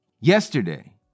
Yesterday